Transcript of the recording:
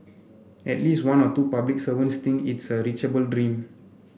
at least one or two public servants think it's a reachable dream